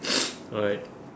alright